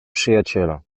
przyjaciela